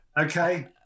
Okay